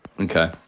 Okay